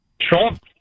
Trump